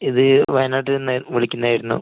ഇത് വയനാട്ടിൽ നിന്ന് വിളിക്കുന്നത് ആയിരുന്നു